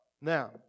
Now